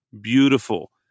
beautiful